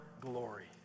glory